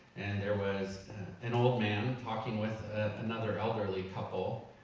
and there was an old man, talking with another elderly couple,